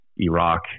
Iraq